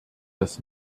das